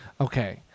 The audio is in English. Okay